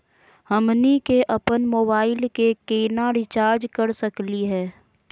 हमनी के अपन मोबाइल के केना रिचार्ज कर सकली हे?